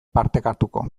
partekatuko